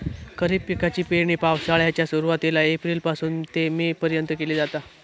खरीप पिकाची पेरणी पावसाळ्याच्या सुरुवातीला एप्रिल पासून ते मे पर्यंत केली जाता